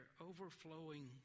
overflowing